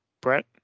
Brett